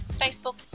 Facebook